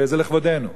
וזה לכבודנו.